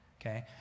okay